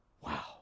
wow